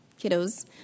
kiddos